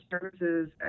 services